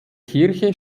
kirche